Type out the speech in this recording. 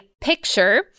picture